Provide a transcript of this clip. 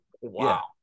Wow